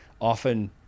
often